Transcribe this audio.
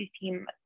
team